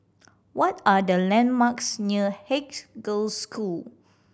what are the landmarks near Haigs Girls' School